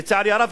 לצערי הרב,